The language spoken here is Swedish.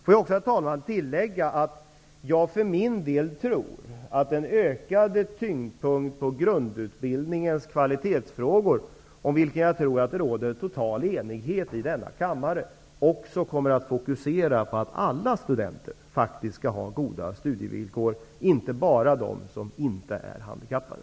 Får jag också, herr talman, tillägga att jag för min del tror att en ökad tyngdpunkt på grundutbildningens kvalitet, om vilken det råder total enighet i denna kammare, kommer att innebära en fokusering på goda studievillkor för alla studenter, inte bara för dem som inte är handikappade.